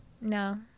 No